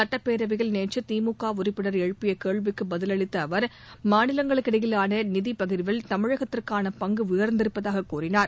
சுட்டப்பேரவையில் நேற்று திமுக உறுப்பினா் எழுப்பிய கேள்விக்கு பதிலளித்த அவா் மாநிலங்களுக்கிடையிலான நிதி பகிர்வில் தமிழகத்திற்கான பங்கு உயர்ந்திருப்பதாக கூறினார்